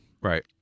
Right